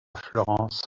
florence